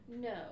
No